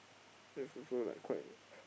that's also like quite